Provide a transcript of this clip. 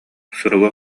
суругу